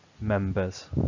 members